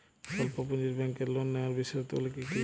স্বল্প পুঁজির ব্যাংকের লোন নেওয়ার বিশেষত্বগুলি কী কী?